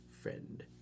Friend